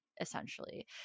essentially